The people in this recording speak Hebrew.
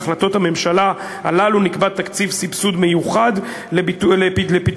בהחלטות הממשלה האלה נקבע תקציב סבסוד מיוחד לפיתוחה